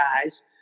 guys